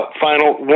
Final